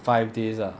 five days ah